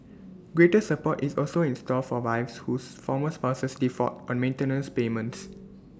greater support is also in store for wives whose former spouses default on maintenance payments